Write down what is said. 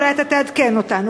אולי אתה תעדכן אותנו.